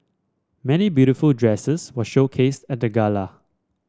many beautiful dresses were showcased at the gala